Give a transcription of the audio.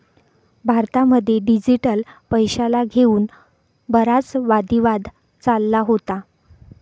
भारतामध्ये डिजिटल पैशाला घेऊन बराच वादी वाद चालला होता